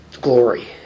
glory